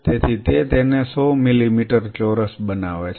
તેથી તે તેને 100 મિલીમીટર ચોરસ બનાવે છે